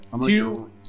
Two